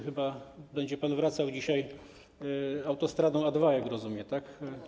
Chyba będzie pan wracał dzisiaj autostradą A2, jak rozumiem, tak?